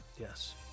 Yes